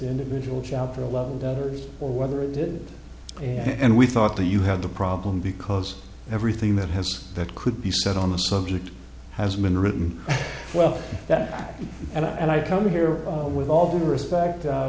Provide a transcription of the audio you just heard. individual chapter eleven debtors or whether it did and we thought that you had the problem because everything that has that could be said on the subject has been written well that and i come here with all due respect